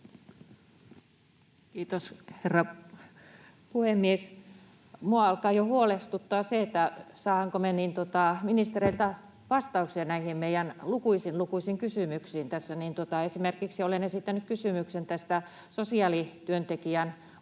Kiitos, herra puhemies! Minua alkaa jo huolestuttaa se, saadaanko me ministereiltä vastauksia näihin meidän lukuisiin, lukuisiin kysymyksiimme. Esimerkiksi olen esittänyt kysymyksen näistä sosiaalityöntekijän